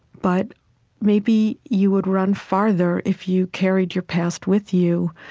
but maybe you would run farther if you carried your past with you,